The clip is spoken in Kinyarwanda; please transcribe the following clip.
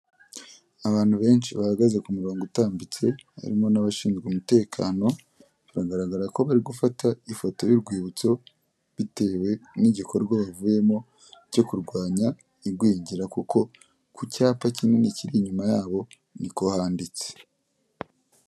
Abantu benshi bahagaze kumurongo utambitse, harimo n'abashinzwe umutekano, biragaragara ko bari gufata ifoto y'urwibutso, bitewe n'igikorwa bavuyemo cyo kurwanya igwingira, kuko ku cyapa kinini kiri inyuma yabo niko handitse.